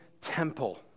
temple